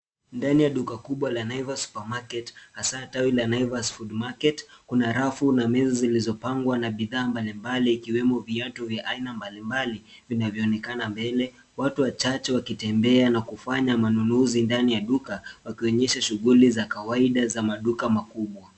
Ndani ya duka kubwa la Naivas Supermaket hasa tawi la Naivas Foodmarket kuna rafu na meza zilizopangwa na za bidhaa mbali mbali ikiwemo viatu vya aina mbalimbali vinavyoonekana mbele. Watu wachache wakitembea na kufanya manunuzi ndani ya duka wakionyesha shughuli za kawaida za maduka makubwa.